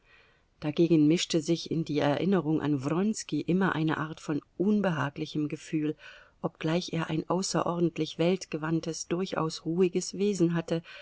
dagegen mischte sich in die erinnerung an wronski immer eine art von unbehaglichem gefühl obgleich er ein außerordentlich weltgewandtes durchaus ruhiges wesen hatte